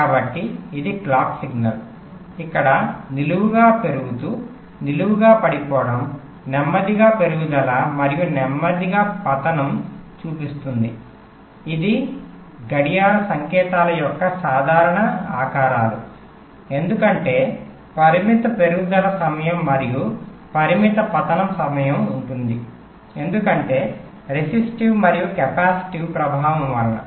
కాబట్టి ఇది clock signal ఇక్కడ నిలువుగా పెరుగుతూ నిలువుగా పడిపోవడం నెమ్మదిగా పెరుగుదల మరియు నెమ్మదిగా పతనం చూపిస్తుంది ఇవి గడియార సంకేతాల యొక్క సాధారణ ఆకారాలు ఎందుకంటే పరిమిత పెరుగుదల సమయం మరియు పరిమిత పతనం సమయం ఉంటుంది ఎందుకంటే రెసిస్టివ్ మరియు కెపాసిటివ్ ప్రభావం వలన